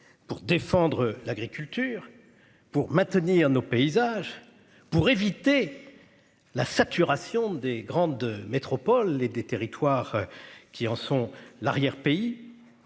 pour défendre l'agriculture. Pour maintenir nos paysages pour éviter. La saturation des grandes métropoles les des territoires. Qui en sont l'arrière-pays.